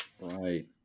right